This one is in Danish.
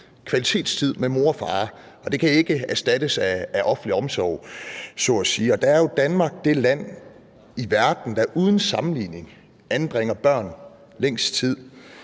under fødderne, og det kan ikke erstattes af offentlig omsorg, så at sige. Danmark er jo det land i verden, der uden sammenligning anbringer børn længst tid